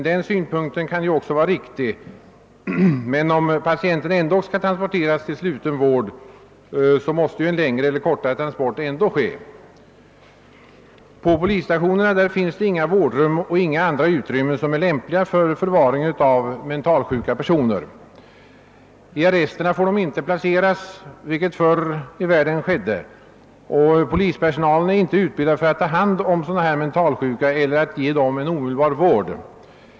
Den synpunkten kan vara riktig, men om patienten ändock skall transporteras till sluten vård, måste ju en längre eller kortare transport ändå ske. På polisstationerna finns inga vårdrum eller andra utrymmen som är lämpliga för förvaring av mentalsjuka. I arresterna får de inte placeras, vilket skedde förr i världen. Polispersonalen är inte utbildad för att ta hand om mentalsjuka eller för att ge dem en omedelbar vård.